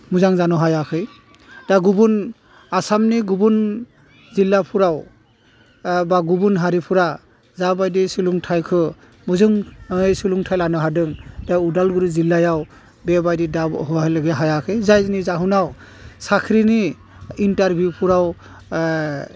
मोजां जानो हायाखै दा गुबुन आसामनि गुबुन जिल्लाफ्राव बा गुबुन हारिफ्रा जाबायदि सोलोंथाइखौ मोजाें ओइ सुलुंथाइ लानो हादों दा अदालगुरि जिल्लायाव बेबायदि दाब हायलगि हायाखै जायनि जाहोनाव साख्रिनि इन्टारभिउफ्राव